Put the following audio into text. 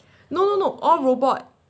no no no all robot